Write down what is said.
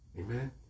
Amen